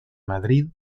madrid